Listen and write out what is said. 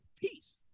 peace